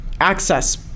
access